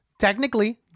Technically